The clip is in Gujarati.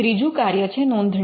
ત્રીજું કાર્ય છે નોંધણી